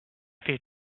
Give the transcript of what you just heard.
fait